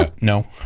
No